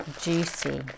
juicy